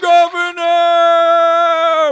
Governor